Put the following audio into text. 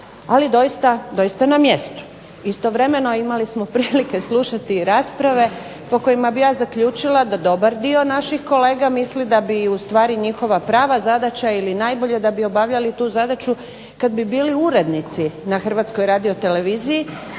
Ali doista na mjestu. Istovremeno imali smo prilike slušati i rasprave po kojima bih ja zaključila da dobar dio naših kolega misli da bi u stvari njihova prava zadaća ili najbolje da bi obavljali tu zadaću kad bi bili urednici na Hrvatskoj radioteleviziji,